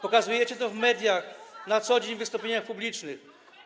Pokazujecie to w mediach, na co dzień w wystąpieniach publicznych.